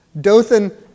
Dothan